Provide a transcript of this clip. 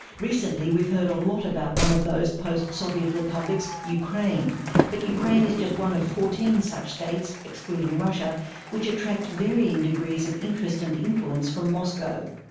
recently we've heard a lot about one of those post-soviet republics ukraine but ukraine is just one of fourteen such states, but which attract varying degrees of interest and influence from moscow.